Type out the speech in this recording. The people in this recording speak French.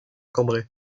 cambrai